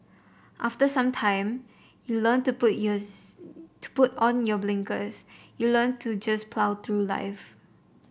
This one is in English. after some time you learn to put yours to put on your blinkers you learn to just plough through life